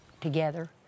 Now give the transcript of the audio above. together